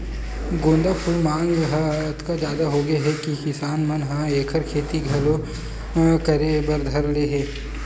गोंदा फूल के मांग ह अतका जादा होगे हे कि किसान मन ह एखर खेती घलो करे बर धर ले हे